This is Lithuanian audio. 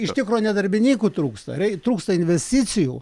iš tikro ne darbinykų trūksta rei trūksta investicijų